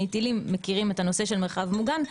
טילים מכירים את הנושא של מרחב מוגן.